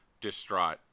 distraught